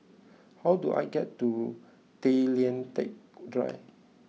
how do I get to Tay Lian Teck Drive